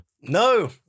No